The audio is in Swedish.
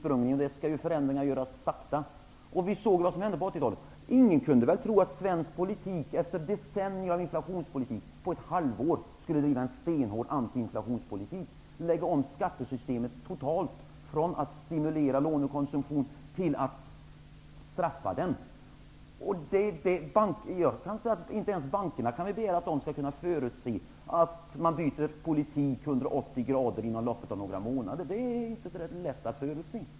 Men nu skall ju förändringar göras. Ingen kunde tro att man i svensk politik efter decennier av inflationspolitik på ett halvår skulle börja driva en stenhård antiinflationspolitik och lägga om skattesystemet totalt från att stimulera lånekonsumtion till att straffa den. Man kan inte begära att ens bankerna kunde förutse att man skulle byta politik 180 grader under loppet av några månader. Det är inte lätt att förutse.